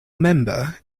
member